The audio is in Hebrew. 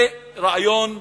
זה רעיון מסוכן,